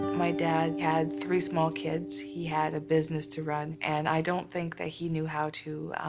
my dad had three small kids. he had a business to run, and i don't think that he knew how to,